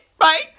Right